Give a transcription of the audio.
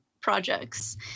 projects